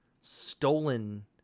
stolen